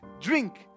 drink